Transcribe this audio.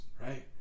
right